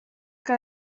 que